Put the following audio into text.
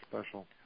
special